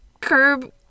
curb